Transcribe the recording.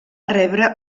rebre